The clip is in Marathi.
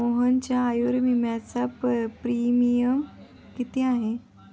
मोहनच्या आयुर्विम्याचा प्रीमियम किती आहे?